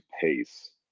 pace